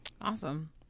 Awesome